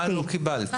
מה לא קיבלת?